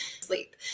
sleep